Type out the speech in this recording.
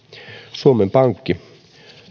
suomen pankki